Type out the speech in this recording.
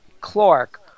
Clark